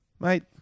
Mate